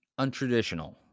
untraditional